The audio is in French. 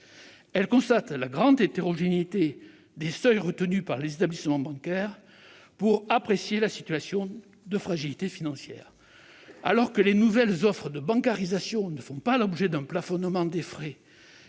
Elle constate la grande hétérogénéité des seuils retenus par les établissements bancaires pour apprécier la situation de fragilité financière. Alors que les nouvelles offres de bancarisation ne font pas l'objet d'un plafonnement des frais